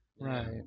Right